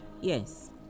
Yes